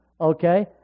Okay